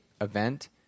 event